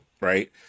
right